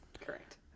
correct